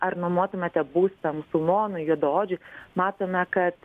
ar nuomotumėte būstą musulmonui juodaodžiui matome kad